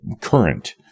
current